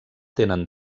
tenen